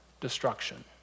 destruction